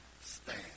stand